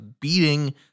beating